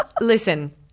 Listen